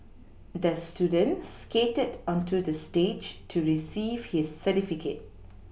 the student skated onto the stage to receive his certificate